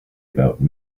about